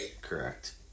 Correct